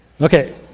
okay